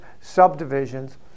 subdivisions